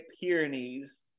Pyrenees